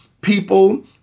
people